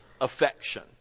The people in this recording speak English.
affection